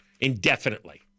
indefinitely